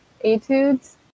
etudes